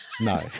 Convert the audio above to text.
No